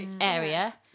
area